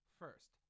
first